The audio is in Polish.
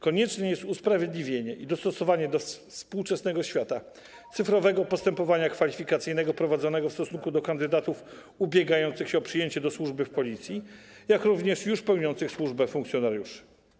Konieczne jest usprawiedliwienie i dostosowanie do współczesnego świata cyfrowego postępowania kwalifikacyjnego prowadzonego w stosunku do kandydatów ubiegających się o przyjęcie do służby w Policji, jak również już pełniących służbę funkcjonariuszy.